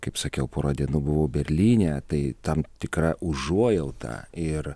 kaip sakiau porą dienų buvau berlyne tai tam tikrą užuojautą ir